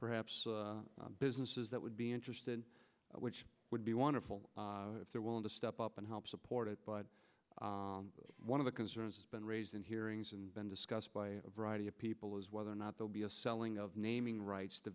perhaps businesses that would be interested which would be wonderful if they're willing to step up and help support it but one of the concerns has been raised in hearings and been discussed by a variety of people is whether or not they'll be a selling of naming rights to